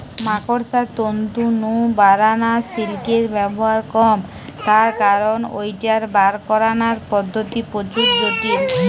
মাকড়সার তন্তু নু বারানা সিল্কের ব্যবহার কম তার কারণ ঐটার বার করানার পদ্ধতি প্রচুর জটিল